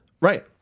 right